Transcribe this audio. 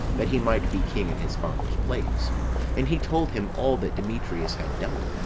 that he might be king in his father's place and he told him all that demetrius had done,